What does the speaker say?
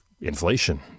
Inflation